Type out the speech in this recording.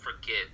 forget